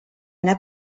anar